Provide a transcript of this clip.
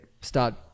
start